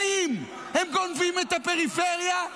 שנים הם גונבים את הפריפריה,